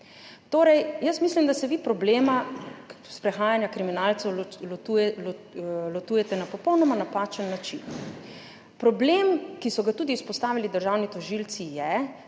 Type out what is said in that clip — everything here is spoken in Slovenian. pripor. Mislim, da se vi problema sprehajanja kriminalcev lotevate na popolnoma napačen način. Problem, ki so ga tudi izpostavili državni tožilci, je